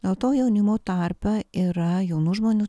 dėl to jaunimo tarpe yra jaunų žmonių